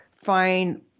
find